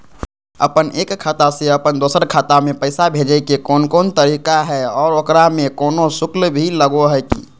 अपन एक खाता से अपन दोसर खाता में पैसा भेजे के कौन कौन तरीका है और ओकरा में कोनो शुक्ल भी लगो है की?